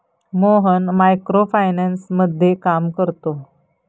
Mohan micro फायनान्समध्ये काम करतो